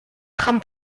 trame